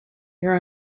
your